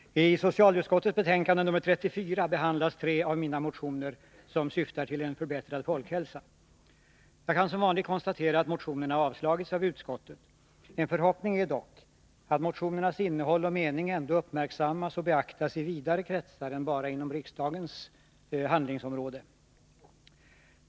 Herr talman! I socialutskottets betänkande nr 34 behandlas tre av mina motioner som syftar till en förbättrad folkhälsa. Jag kan som vanligt konstatera att motionerna avstyrkts av utskottet. En förhoppning är dock att motionernas innehåll och mening ändå uppmärksammas och beaktas i vidare kretsar än bara inom riksdagens handlingsområde.